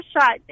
shot